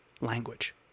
language